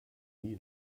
nie